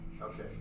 Okay